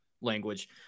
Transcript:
language